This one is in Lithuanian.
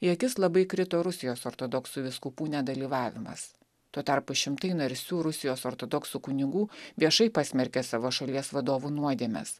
į akis labai krito rusijos ortodoksų vyskupų nedalyvavimas tuo tarpu šimtai narsių rusijos ortodoksų kunigų viešai pasmerkė savo šalies vadovų nuodėmes